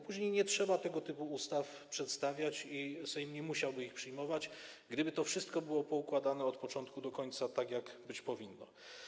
Później nie trzeba by było tego typu ustaw przedstawiać i Sejm nie musiałby ich przyjmować, gdyby to wszystko było poukładane od początku do końca, tak jak być powinno.